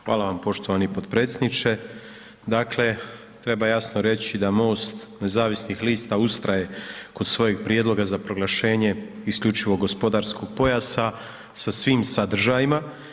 Hvala vam poštovani potpredsjedniče, dakle treba jasno reći da MOST nezavisnih lista ustraje kod svojeg prijedloga za proglašenje isključivog gospodarskog pojasa sa svim sadržajima.